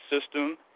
system